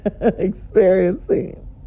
experiencing